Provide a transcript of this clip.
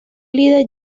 líder